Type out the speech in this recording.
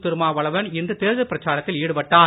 திருமாவளவன் இன்று தேர்தல் பிரச்சாரத்தில் ஈடுபட்டார்